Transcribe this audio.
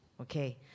okay